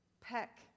Peck